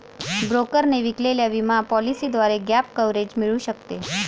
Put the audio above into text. ब्रोकरने विकलेल्या विमा पॉलिसीद्वारे गॅप कव्हरेज मिळू शकते